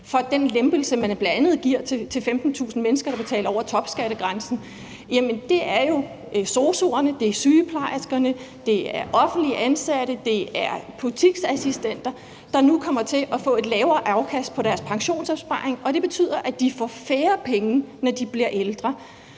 for den lempelse, man bl.a. giver til 15.000 mennesker, der betaler over topskattegrænsen, er jo sosu'erne, det er sygeplejerskerne, det er offentligt ansatte, det er butiksassistenter. De kommer nu til at få et lavere afkast på deres pensionsopsparing, og det betyder, at de får færre penge, når de bliver ældre.